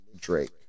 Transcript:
Drake